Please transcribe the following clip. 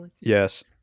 yes